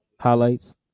highlights